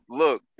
look